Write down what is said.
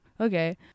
okay